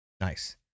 Nice